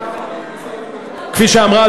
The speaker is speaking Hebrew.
כפי שאמרה,